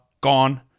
gone